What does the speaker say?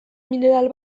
mineral